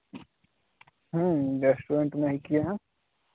restaurant में ही किए हैं